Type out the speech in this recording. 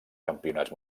campionats